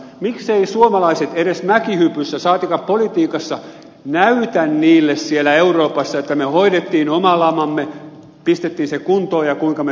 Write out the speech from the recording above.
mikseivät suomalaiset edes mäkihypyssä saatikka politiikassa näytä niille siellä euroopassa sitä että me hoidimme oman lamamme pistimme sen kuntoon ja sitä kuinka me sen teimme